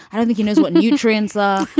and think he knows what nutrients are.